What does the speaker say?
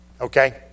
Okay